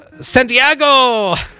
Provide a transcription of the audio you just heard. Santiago